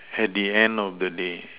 at the end of the day